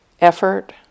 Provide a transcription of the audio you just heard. effort